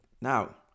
Now